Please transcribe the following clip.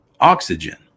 oxygen